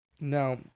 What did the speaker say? Now